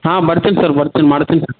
ಹಾಂ ಬರ್ತೀನಿ ಸರ್ ಬರ್ತೀನಿ ಮಾಡ್ತೀನಿ ಸ